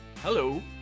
Hello